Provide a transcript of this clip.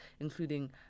including